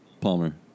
Palmer